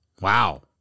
Wow